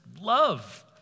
love